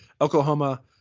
Oklahoma